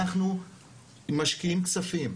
אנחנו משקיעים כספים,